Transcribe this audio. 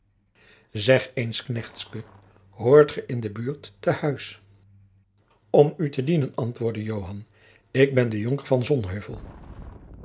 zeg eens knechtske hoort ge in de buurt te huis om u te dienen antwoordde joan ik ben de jonker